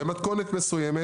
במתכונת מסוימת,